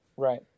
Right